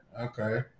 okay